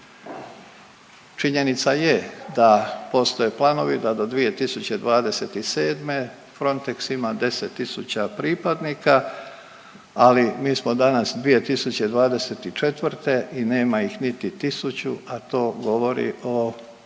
Činjenica je da postoje planovi da do 2027. Frontex ima 10 000 pripadnika, ali mi smo danas, 2024. i nema ih niti 1 000, a to govori o